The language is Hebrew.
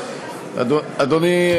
אדוני,